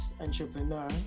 entrepreneur